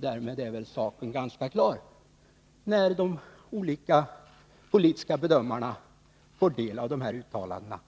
10 november 1982 Därmed är väl saken ganska klar, när de olika politiska bedömarna får del av dessa uttalanden.